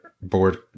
board